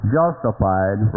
justified